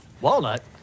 Walnut